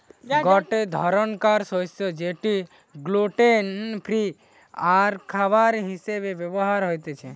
গটে ধরণকার শস্য যেটা গ্লুটেন ফ্রি আরখাবার হিসেবে ব্যবহার হতিছে